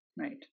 right